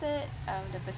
trusted um the